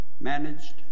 managed